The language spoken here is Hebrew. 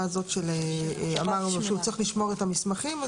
ההוראה שמחייבת לשמור את המסמכים.